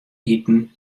iten